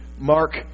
Mark